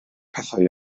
pethau